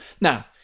Now